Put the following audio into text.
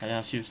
等到休